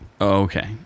Okay